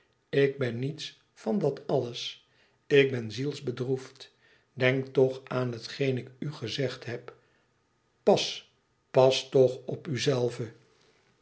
ik ben niets van dat alles ik ben zielsbedroefd denk toch aan hetgeen ik u gezegd heb pas pas toch op